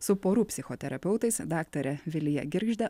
su porų psichoterapeutais daktare vilija girgžde